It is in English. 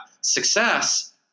success